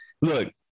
Look